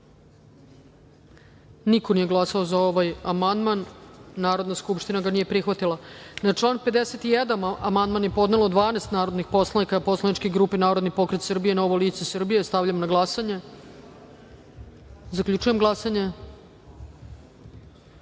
niko nije glasao za ovaj amandman. Narodna skupština ga nije prihvatila. Na član 130. amandman je podnelo 12 narodnih poslanika poslaničke grupe Narodni pokret Srbije-Novo lice Srbije. Stavljam na glasanje. Zaključujem glasanje: